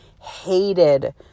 hated